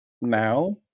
now